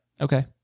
Okay